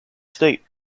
state